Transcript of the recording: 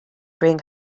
bring